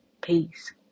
peace